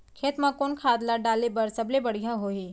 खेत म कोन खाद ला डाले बर सबले बढ़िया होही?